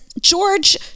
George